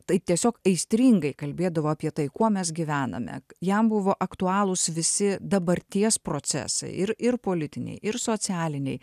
taip tiesiog aistringai kalbėdavo apie tai kuo mes gyvename jam buvo aktualūs visi dabarties procesai ir ir politiniai ir socialiniai